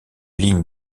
lignes